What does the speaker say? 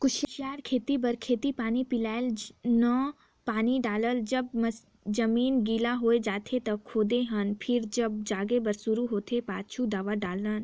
कुसियार खेती बर खेत पानी पलोए हन पानी डायल कर जब जमीन गिला होए जाथें त खोदे हन फेर जब जागे बर शुरू होथे पाहु दवा डालथन